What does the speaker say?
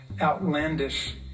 outlandish